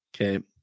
Okay